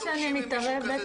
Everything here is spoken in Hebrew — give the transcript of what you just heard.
סליחה שאני מתערבת,